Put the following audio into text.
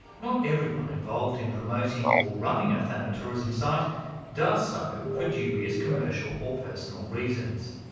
not everyone involved in promoting or running a thanatourism site does so for dubious commercial or personal reasons.